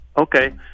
Okay